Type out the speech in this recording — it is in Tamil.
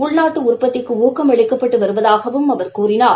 உள்நாட்டு உற்பத்திக்கு ஊக்கம் அளிக்கப்பட்டு வருவதாகவும் அவர் கூறினார்